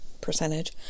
percentage